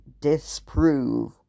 disprove